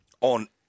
On